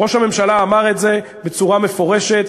ראש הממשלה אמר את זה בצורה מפורשת,